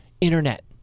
internet